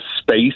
space